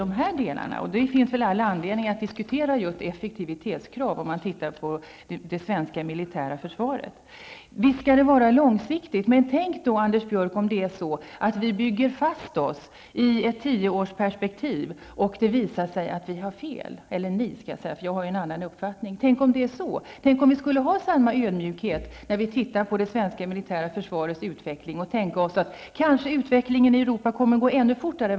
Om man ser på det svenska militära försvaret, måste man säga att det väl finns all anledning att diskutera just effektivitetskrav. Visst skall det vara en långsiktig bedömning, men tänk, Anders Björck, om vi bygger fast oss i ett tioårsperspektiv och det visar sig att ni har fel. Tänk om vi skulle ha samma ödmjukhet när vi ser på det svenska militära försvarets utveckling och tänka oss att utvecklingen i det övriga Europa kommer att gå ännu fortare.